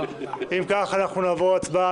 אם כך, אנחנו נעבור להצבעה.